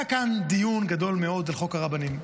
היה כאן דיון גדול מאד על חוק הרבנים.